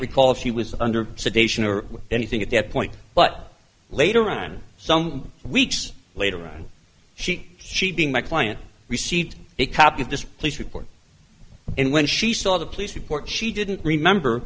recall if she was under sedation or anything at that point but later on some weeks later on she she being my client received a copy of this police report and when she saw the police report she didn't remember